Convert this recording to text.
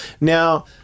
Now